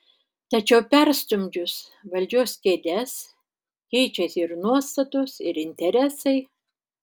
tačiau perstumdžius valdžios kėdes keičiasi ir nuostatos ir interesai